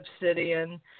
obsidian